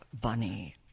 Bunny